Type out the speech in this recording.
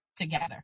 together